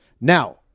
Now